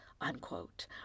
unquote